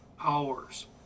hours